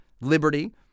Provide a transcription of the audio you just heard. liberty